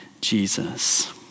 Jesus